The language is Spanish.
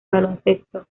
baloncesto